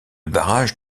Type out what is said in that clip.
barrage